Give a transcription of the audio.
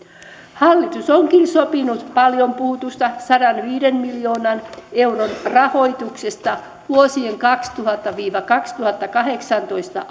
hallitus onkin sopinut paljon puhutusta sadanviiden miljoonan euron rahoituksesta vuosien kaksituhattaseitsemäntoista viiva kaksituhattakahdeksantoista